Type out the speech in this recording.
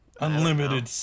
Unlimited